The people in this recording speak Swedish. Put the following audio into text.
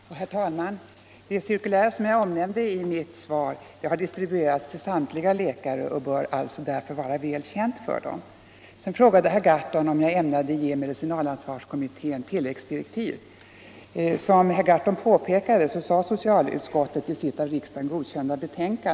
Herr talman! Det cirkulär jag omnämnde i mitt svar har distribuerats till samtliga läkare och bör därför vara väl känt för dem. Sedan frågade herr Gahrton om jag ämnade ge medicinalansvarskommittén tilläggsdirektiv. Herr Gahrton hänvisade till socialutskottets betänkande 1975/76:33.